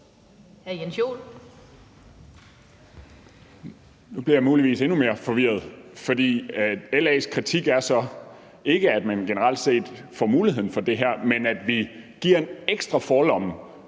Nu bliver jeg muligvis endnu mere forvirret, for LA's kritik går så ikke på, at man generelt set får muligheden for det her, men på, at vi giver en ekstra forlomme